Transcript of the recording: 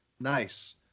Nice